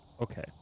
okay